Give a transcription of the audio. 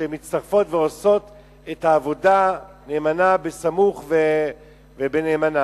שמצטרפות ועושות את העבודה נאמנה בסמוך ובנאמנה.